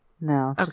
no